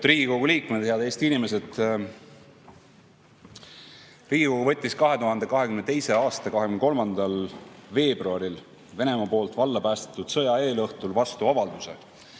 Riigikogu liikmed! Head Eesti inimesed! Riigikogu võttis 2022. aasta 23. veebruaril, Venemaa valla päästetud sõja eelõhtul vastu avalduse,